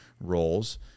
roles